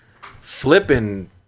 flipping